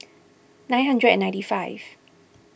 nine hundred and ninety five